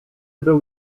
był